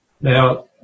Now